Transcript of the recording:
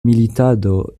militado